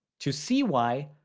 to see why,